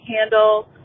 handle